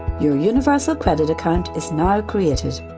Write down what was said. your universal credit account is now created,